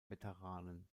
veteranen